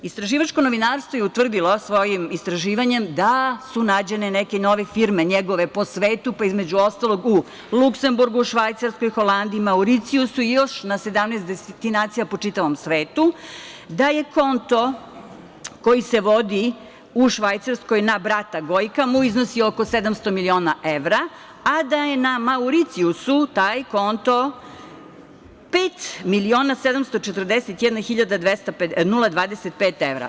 Istraživačko novinarstvo je utvrdilo svojim istraživanjem da su nađene neke nove firme njegove po svetu, pa između ostalog u Luksemburgu, Švajcarskoj, Holandiji, Mauricijusu i još na 17 destinacija po čitavom svetu, da je konto koji se vodi u Švajcarskoj na brata Gojka, iznosi oko 700 miliona evra, a da je na Mauricijusu taj konto 5.741.025 evra.